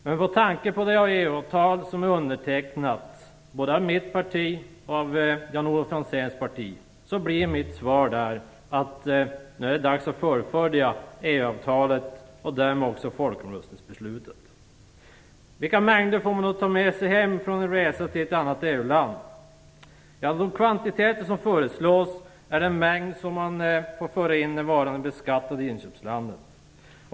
Med tanke på det EU-avtal som är undertecknat både av mitt parti och av Jan-Olof Franzéns parti blir mitt svar att det nu är dags att fullfölja EU-avtalet och därmed också folkomröstningsbeslutet. Vilka mängder får man då ta med sig hem från en resa till ett annat EU-land? De kvantiteter som föreslås är den mängd som man får föra in när varan är beskattad i inköpslandet.